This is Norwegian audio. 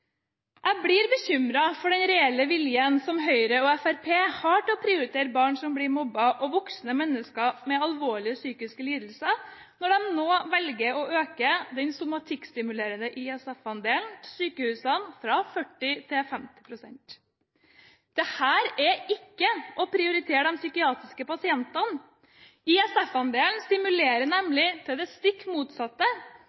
Jeg blir bekymret for den reelle viljen som Høyre og Fremskrittspartiet har til å prioritere barn som blir mobbet og voksne mennesker med alvorlige psykiske lidelser, når de nå velger å øke den somatikkstimulerende ISF-andelen til sykehusene fra 40 pst. til 50 pst. Dette er ikke å prioritere de psykiatriske pasientene. ISF-andelen stimulerer